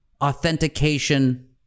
authentication